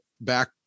back